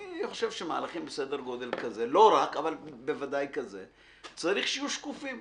אני חושב שבמהלכים בסדר גודל כזה צריכים להיות שקופים.